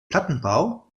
plattenbau